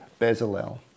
Bezalel